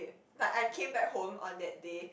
like I came back home on that day